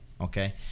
Okay